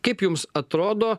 kaip jums atrodo